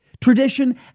Tradition